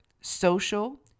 social